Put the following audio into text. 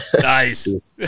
Nice